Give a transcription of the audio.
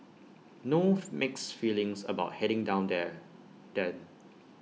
no mixed feelings about heading down there then